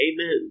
Amen